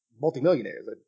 multimillionaires